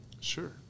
Sure